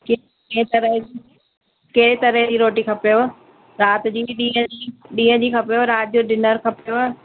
कंहिं तरह कहिड़े तरह जी रोटी खपेव राति जी ॾींहुं जी ॾींहुं जी खपेव राति जो डिनर खपेव